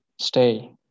stay